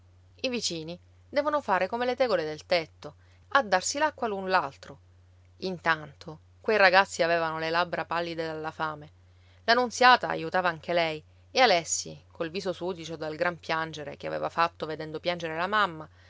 i vicini devono fare come le tegole del tetto a darsi l'acqua l'un l'altro intanto quei ragazzi avevano le labbra pallide dalla fame la nunziata aiutava anche lei e alessi col viso sudicio dal gran piangere che aveva fatto vedendo piangere la mamma